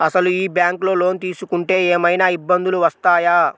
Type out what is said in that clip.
అసలు ఈ బ్యాంక్లో లోన్ తీసుకుంటే ఏమయినా ఇబ్బందులు వస్తాయా?